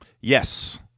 yes